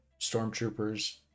stormtroopers